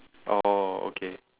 oh okay